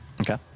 Okay